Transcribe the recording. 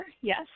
yes